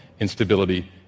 instability